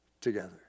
together